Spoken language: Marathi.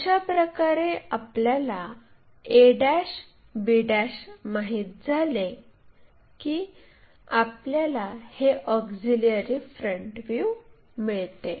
अशाप्रकारे आपल्याला a b माहित झाले की आपल्याला हे ऑक्झिलिअरी फ्रंट व्ह्यू मिळते